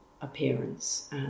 appearance